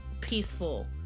Peaceful